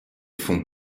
font